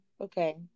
okay